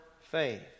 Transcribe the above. faith